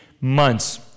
months